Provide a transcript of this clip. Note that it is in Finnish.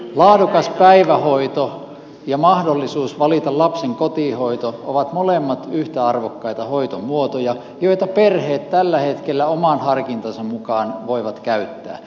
laadukas päivähoito ja mahdollisuus valita lapsen kotihoito ovat molemmat yhtä arvokkaita hoitomuotoja joita perheet tällä hetkellä oman harkintansa mukaan voivat käyttää